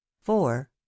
four